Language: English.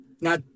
Now